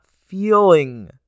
feeling